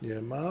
Nie ma.